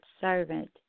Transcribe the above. Servant